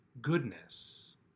goodness